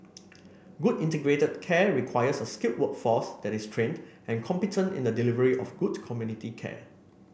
good integrated care requires a skilled workforce that is trained and competent in the delivery of good community care